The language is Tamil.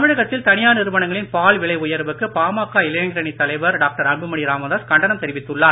தமிழகத்தில் தனியார் நிறுவனங்களின் பால் விலை உயர்வுக்கு பாமக இளைஞரணி தலைவர் டாக்டர் அன்புமணி ராமதாஸ் கண்டனம் தெரிவித்துள்ளார்